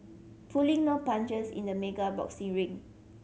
pulling no punches in the mega boxing ring